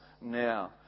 now